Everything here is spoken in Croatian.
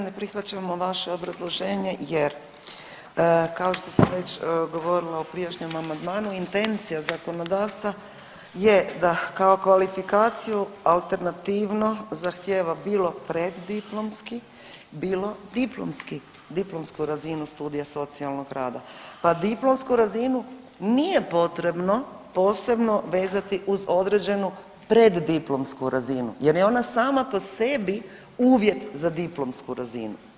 Ne prihvaćamo vaše obrazloženje jer kao što sam već govorila u prijašnjem amandmanu, intencija zakonodavca je da kao kvalifikaciju alternativno zahtijeva bilo preddiplomski, bilo diplomsku razinu studija socijalnog rada, pa diplomsku razinu nije potrebno posebno vezati uz određenu preddiplomsku razinu jer je ona sama po sebi uvjet za diplomsku razinu.